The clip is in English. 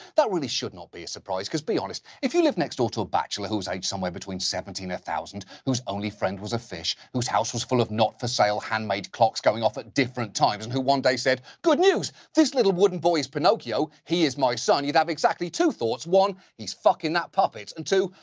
that really should not be a surprise, because be honest, if you lived next door to a bachelor who was age somewhere between seventy and one thousand, whose only friend was a fish, whose house was full of not-for-sale handmade clocks going off at different times, and who one day said, good news, this little wooden boy is pinocchio, he is my son. you'd have exactly two thoughts, one, he's fucking that puppet, and two,